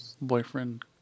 boyfriend